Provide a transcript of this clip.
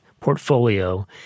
portfolio